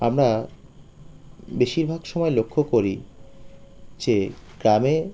আমরা বেশিরভাগ সময়ে লক্ষ্য করি যে গ্রামে